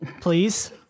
Please